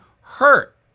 hurt